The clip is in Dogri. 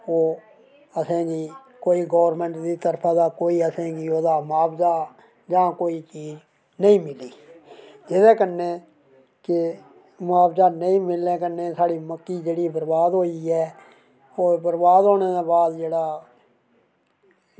ओह् असेंगी कोई गौरमैंट दी तरफा असेंगी कोई मुआवजा जां कोई चीज नेईं मिली एह्दे कन्नै गै मुआवज़ा नेईं मिलने कन्नै साढ़ी मक्की जेह्ड़ी खराब होई ऐ होर बरबाद होने दे बाद जेह्ड़ा